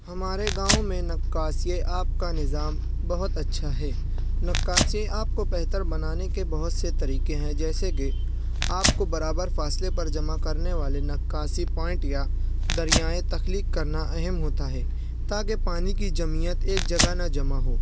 ہمارے گاؤں میں نقاشی آب کا نظام بہت اچھا ہے نقاشی آب کو بہتر بنانے کے بہت سے طریقے ہیں جیسے کہ آب کو برابر فاصلے پر جمع کرنے والے نقاشی پوائنٹ یا دریائیں تخلیق کرنا اہم ہوتا ہے تاکہ پانی کی جمعیت ایک جگہ نہ جمع ہو